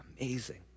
Amazing